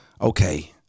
okay